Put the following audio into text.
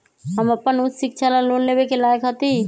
हम अपन उच्च शिक्षा ला लोन लेवे के लायक हती?